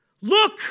look